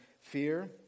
fear